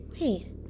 Wait